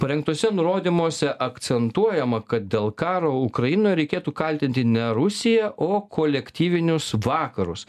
parengtuose nurodymuose akcentuojama kad dėl karo ukrainoj reikėtų kaltinti ne rusiją o kolektyvinius vakarus